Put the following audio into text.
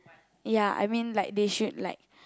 ya I mean like they should like